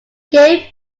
game